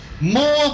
more